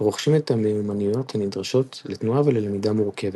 ורוכשים את המיומנויות הנדרשות לתנועה וללמידה מורכבת.